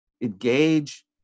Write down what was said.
engage